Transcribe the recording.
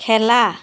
খেলা